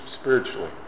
spiritually